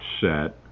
set